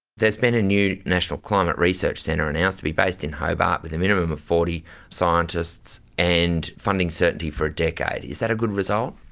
there's been a new national climate research centre announced, to be based in hobart, with a minimum of forty scientists, and funding certainty for a decade. is that a good result?